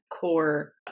core